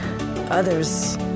others